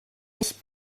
mich